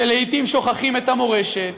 שלעתים שוכחים את המורשת,